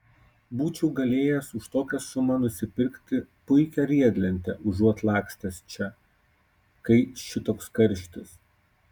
būčiau galėjęs už tokią sumą nusipirkti puikią riedlentę užuot lakstęs čia kai šitoks karštis